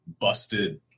busted